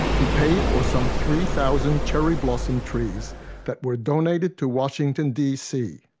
he paid for some three thousand cherry blossom trees that were donated to washington, d. c.